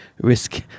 risk